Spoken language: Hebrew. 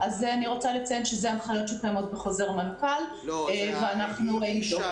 אני רוצה לציין שאלה ההנחיות שקיימות בחוזר מנכ"ל ואנחנו נבדוק.